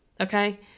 okay